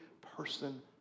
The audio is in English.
person